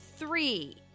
Three